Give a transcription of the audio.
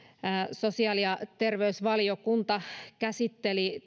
sosiaali ja terveysvaliokunta käsitteli